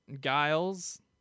guiles